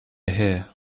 here